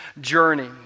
journey